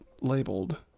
labeled